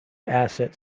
asset